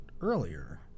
earlier